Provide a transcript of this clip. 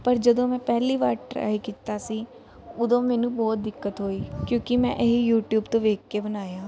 ਪਰ ਜਦੋਂ ਮੈਂ ਪਹਿਲੀ ਵਾਰ ਟਰਾਈ ਕੀਤਾ ਸੀ ਉਦੋਂ ਮੈਨੂੰ ਬਹੁਤ ਦਿੱਕਤ ਹੋਈ ਕਿਉਂਕਿ ਮੈਂ ਇਹ ਯੂਟਿਊਬ ਤੋਂ ਵੇਖ ਕੇ ਬਣਾਇਆ